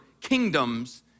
kingdoms